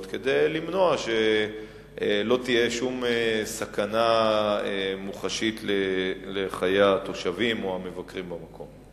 כדי שלא תהיה שום סכנה מוחשית לחיי התושבים או המבקרים במקום.